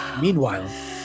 Meanwhile